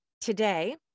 today